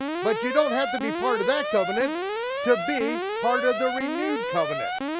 but you don't have to be part of that covenant to be part of the renewed covenant.